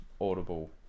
audible